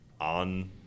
on